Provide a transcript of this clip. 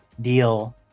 deal